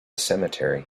cemetery